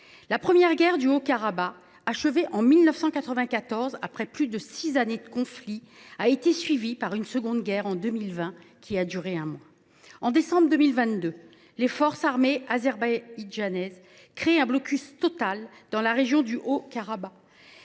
La première guerre du Haut Karabagh, achevée en 1994 après plus de six années de conflit, a été suivie par une seconde guerre en 2020, qui a duré un mois. En décembre 2022, les forces armées azerbaïdjanaises ont créé un blocus total dans la région du Haut Karabagh.